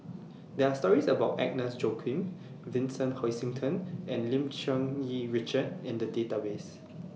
There Are stories about Agnes Joaquim Vincent Hoisington and Lim Cherng Yih Richard in The databases